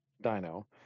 dino